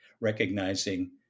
recognizing